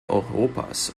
europas